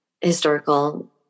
historical